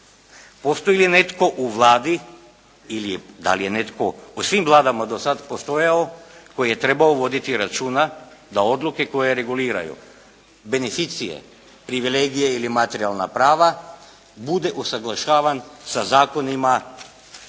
Postoji li netko u Vladi ili da li je netko u svim vladama do sad postojao koji je trebao voditi računa da odluke koje reguliraju beneficije, privilegije ili materijalna prava bude usaglašavan sa zakonima koji se